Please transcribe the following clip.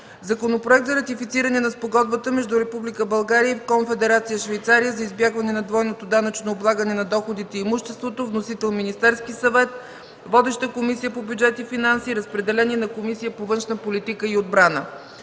Законопроект за ратифициране на Спогодбата между Република България и Конфедерация Швейцария за избягване на двойното данъчно облагане на доходите и имуществото. Вносител – Министерският съвет. Водеща е Комисията по бюджет и финанси. Разпределен е и на Комисията по външна политика и отбрана.